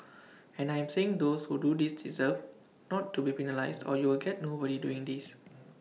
and I am saying those who do this deserve not to be penalised or you will get nobody doing this